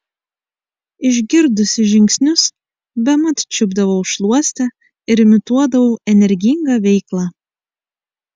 išgirdusi žingsnius bemat čiupdavau šluostę ir imituodavau energingą veiklą